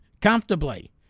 comfortably